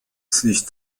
sich